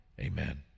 Amen